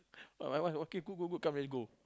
uh my wife okay go go go come already go